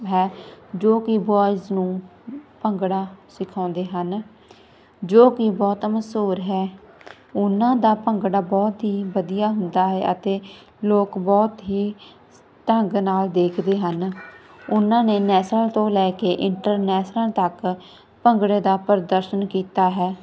ਹੈ ਜੋ ਕਿ ਬੋਇਜ ਨੂੰ ਭੰਗੜਾ ਸਿਖਾਉਂਦੇ ਹਨ ਜੋ ਕਿ ਬਹੁਤ ਮਸ਼ਹੂਰ ਹੈ ਉਹਨਾਂ ਦਾ ਭੰਗੜਾ ਬਹੁਤ ਹੀ ਵਧੀਆ ਹੁੰਦਾ ਹੈ ਅਤੇ ਲੋਕ ਬਹੁਤ ਹੀ ਢੰਗ ਨਾਲ ਦੇਖਦੇ ਹਨ ਉਹਨਾਂ ਨੇ ਨੈਸ਼ਨਲ ਤੋਂ ਲੈ ਕੇ ਇੰਟਰਨੈਸ਼ਨਲ ਤੱਕ ਭੰਗੜੇ ਦਾ ਪ੍ਰਦਰਸ਼ਨ ਕੀਤਾ ਹੈ